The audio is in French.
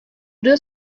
deux